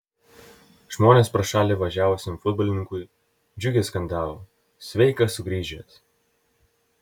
žmonės pro šalį važiavusiam futbolininkui džiugiai skandavo sveikas sugrįžęs